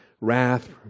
wrath